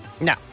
No